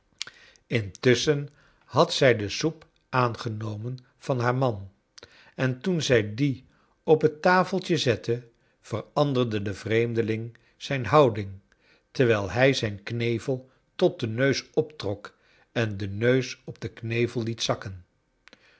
intusschen had zij de soep aangenomen van haar man en toen zij die op het tafeltje zette veranderde de vreemdeling zijn bonding terwijl hij zijn knevel tot den neus optrok en den neus op den knevel liet zakken